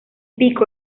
pico